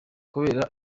kubera